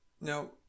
Now